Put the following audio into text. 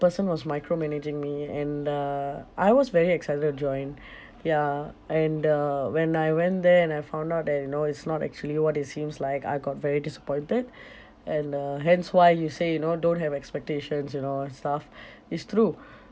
person was micromanaging me and uh I was very excited to join ya and uh when I went there and I found out that you know it's not actually what it seems like I got very disappointed and uh hence why you say you know don't have expectations you know and stuff it's true